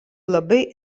labai